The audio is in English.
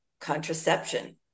contraception